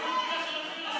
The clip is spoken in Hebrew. ביטחון כזה וגמרנו.